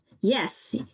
Yes